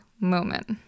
moment